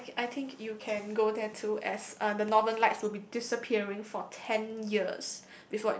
yes I I think you can go there to as uh the Northern Lights will be disappearing for ten years